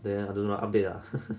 then I don't know what update lah